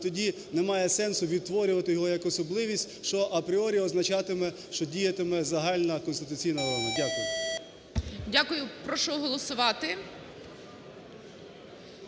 і тоді немає сенсу відтворювати його як особливість, що апріорі означатиме, що діятиме загальна конституційна норма. Дякую. ГОЛОВУЮЧИЙ. Дякую. Прошу голосувати.